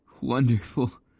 wonderful